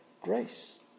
grace